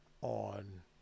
on